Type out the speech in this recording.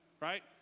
right